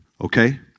Okay